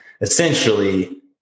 essentially